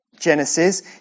Genesis